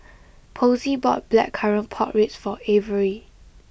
Posey bought Blackcurrant Pork Ribs for Averi